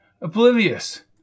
Oblivious